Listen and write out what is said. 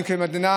מאוחרים.